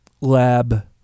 lab